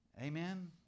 Amen